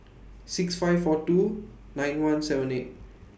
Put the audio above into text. six five four two nine one seven eight